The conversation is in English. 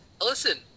Listen